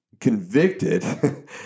convicted